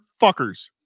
fuckers